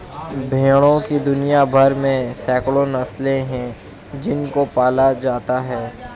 भेड़ों की दुनिया भर में सैकड़ों नस्लें हैं जिनको पाला जाता है